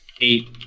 eight